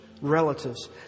relatives